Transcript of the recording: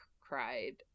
cried